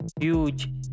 huge